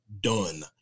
done